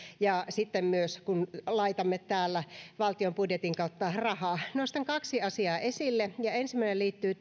ja sitten myös kun laitamme täällä valtion budjetin kautta rahaa nostan kaksi asiaa esille ensimmäinen liittyy